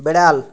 বেড়াল